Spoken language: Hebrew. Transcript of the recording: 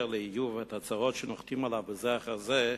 לאיוב על הצרות שנוחתות עליו בזה אחר זה.